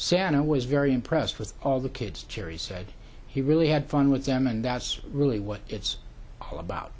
santa was very impressed with all the kids cherry said he really had fun with them and that's really what it's all about